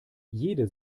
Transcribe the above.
jede